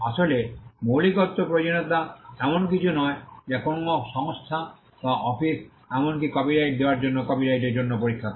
আসলে মৌলিকত্ব প্রয়োজনীয়তা এমন কিছু নয় যা কোনও সংস্থা বা অফিস এমনকি কপিরাইট দেওয়ার জন্য কপিরাইটের জন্য পরীক্ষা করে